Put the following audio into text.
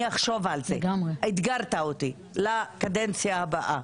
אני אחשוב על זה לקדנציה הבאה.